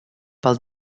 pels